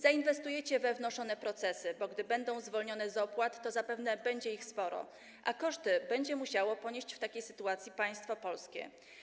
Zainwestujecie we wnoszone procesy, bo gdy będą zwolnione z opłat, to zapewne będzie ich sporo, a koszty będzie musiało ponieść w takiej sytuacji państwo polskie.